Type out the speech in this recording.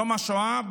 יום השואה,